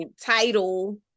title